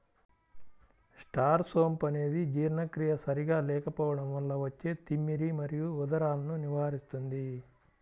star సోంపు అనేది జీర్ణక్రియ సరిగా లేకపోవడం వల్ల వచ్చే తిమ్మిరి మరియు ఉదరాలను నివారిస్తుంది